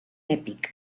èpic